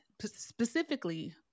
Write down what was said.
specifically